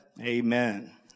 Amen